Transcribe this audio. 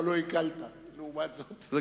אבל לא הקלת לעומת זאת.